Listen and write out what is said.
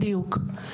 בדיוק.